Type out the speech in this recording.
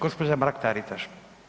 Gospođa Mrak Taritaš.